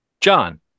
John